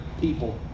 people